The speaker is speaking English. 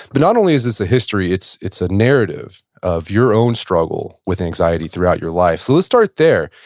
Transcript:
but not only is this a history, it's it's a narrative of your own struggle with anxiety throughout your life. let's start there.